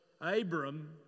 Abram